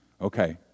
Okay